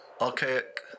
Archaic